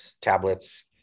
tablets